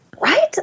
Right